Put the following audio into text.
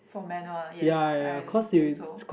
for manual ah yes I think so